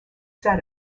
said